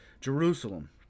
Jerusalem